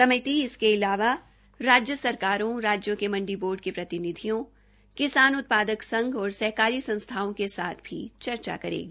समिति इसके अलावा राज्य सरकारों के मंडी बोर्ड के प्रतिनिधियों किसान उत्पादक संघ और सहकारी संस्थाओं के साथ भी चर्चा करेगी